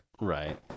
Right